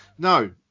No